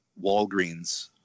Walgreens